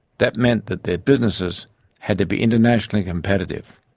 that meant that their businesses had to be internationally competitive.